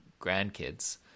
grandkids